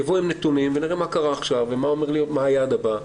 יבואו עם נתונים ונראה מה קרה עכשיו ומה היעד הבא,